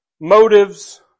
motives